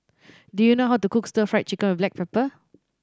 do you know how to cook Stir Fried Chicken with black pepper